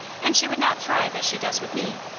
and she would not thrive as she does with me,